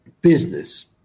business